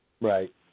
Right